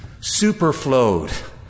superflowed